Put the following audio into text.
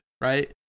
right